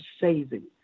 saving